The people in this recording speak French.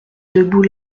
debout